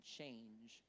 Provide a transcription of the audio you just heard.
change